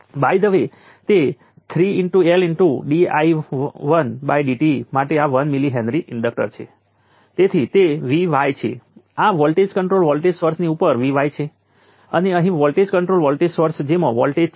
હવે કેપેસિટરમાં સંગ્રહિત એનર્જી શું છે કેપેસિટરમાં કોઈપણ બિંદુએ સંગ્રહિત એનર્જી તે બિંદુ સુધીના પાવર કર્વને ઇન્ટિગ્રેટ કરીને મેળવી શકાય છે